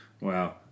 Wow